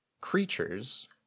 creatures